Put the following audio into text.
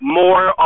more